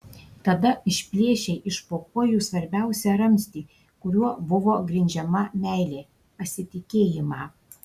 tada išplėšei iš po kojų svarbiausią ramstį kuriuo buvo grindžiama meilė pasitikėjimą